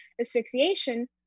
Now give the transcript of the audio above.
asphyxiation